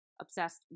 obsessed